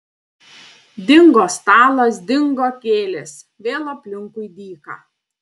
dingo stalas dingo gėlės vėl aplinkui dyka